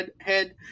head